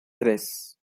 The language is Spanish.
tres